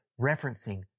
referencing